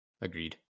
Agreed